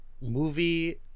Movie